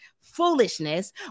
foolishness